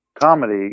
comedy